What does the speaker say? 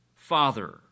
father